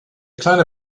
kleine